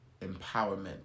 empowerment